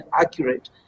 accurate